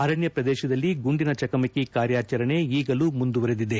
ಅರಣ್ಯ ಪ್ರದೇಶದಲ್ಲಿ ಗುಂಡಿನ ಚಕಮಕಿ ಕಾರ್ಯಾಚರಣೆ ಈಗಲೂ ಮುಂದುವರೆದಿದೆ